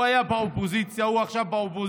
הוא היה באופוזיציה, הוא עכשיו באופוזיציה.